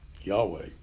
Yahweh